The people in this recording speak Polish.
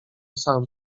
sam